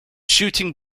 shooting